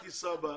מתי הטיסה הבאה?